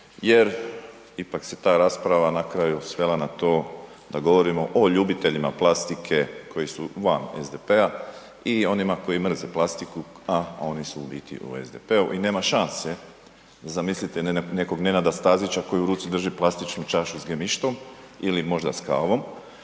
jer ipak se ta rasprava na kraju svela na to da govorimo o ljubiteljima plastike koji su van SDP-a i onima koji mrze plastiku, a oni su u biti u SDP-u i nema šanse zamisliti nekog Nenada Stazića koji u ruci drži plastičnu čašu s gemištom ili možda s kavom